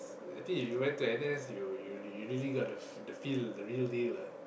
I think if you went to N_S you you you really got the the feel the real deal ah